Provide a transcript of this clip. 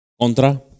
contra